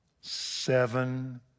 Seven